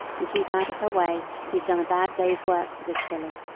and keep out of her way you've done a bad day's work for this filly